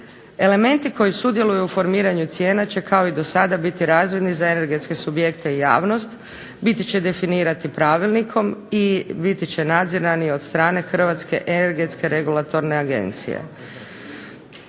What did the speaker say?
Elementi koji sudjeluju u formiranju cijena će kao i do sada biti razvidni za energetske subjekte i javnost, biti će definirani pravilnikom i biti će nadzirani od strane Hrvatske energetske regulatorne agencije.